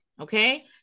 Okay